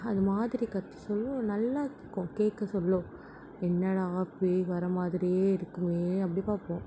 அதுமாதிரி கத்த சொல்ல நல்லா இருக்கும் கேட்க சொல்ல என்னடா பேய் வர மாதிரியே இருக்குமே அப்படி பார்ப்போம்